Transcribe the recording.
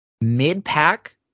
mid-pack